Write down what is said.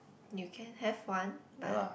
you can have one but